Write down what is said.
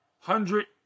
hundred